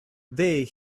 they